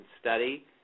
study